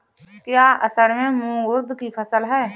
क्या असड़ में मूंग उर्द कि फसल है?